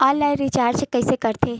Online recharge कइसे करथे?